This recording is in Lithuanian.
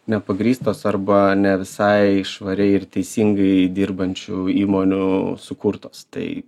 nepagrįstos arba ne visai švariai ir teisingai dirbančių įmonių sukurtos tai